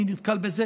אני נתקל בזה